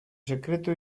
secreto